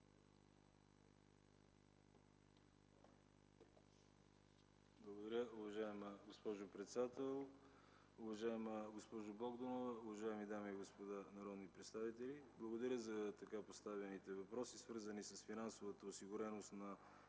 Благодаря, уважаема госпожо председател. Уважаема госпожо Богданова, уважаеми дами и господа народни представители! Благодаря за така поставените въпроси, свързани с финансовата осигуреност на